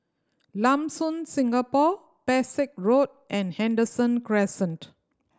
Lam Soon Singapore Pesek Road and Henderson Crescent